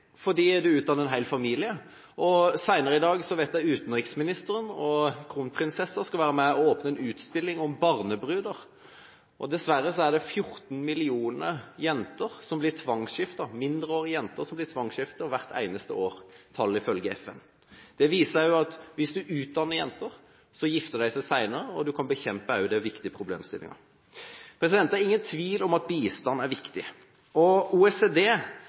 fordi det utdanner en hel familie. Jeg vet at senere i dag skal utenriksministeren og kronprinsessen være med og åpne en utstilling om barnebruder. Dessverre er det 14 millioner mindreårige jenter som blir tvangsgiftet hvert eneste år, ifølge FNs tall. Det viser seg også at hvis man utdanner jenter, gifter de seg senere, og man kan da bekjempe de viktige problemene. Det er ingen tvil om at bistand er viktig. OECD evaluerte nettopp norsk bistand, og